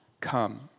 come